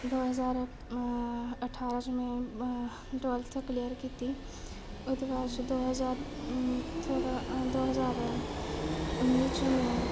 दो ज्हार अठारां च में टवेल्थ क्लीयर कीती ओह्दे बाद दो हजार दो हजार उन्नी च में